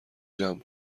جمع